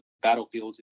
battlefields